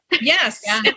Yes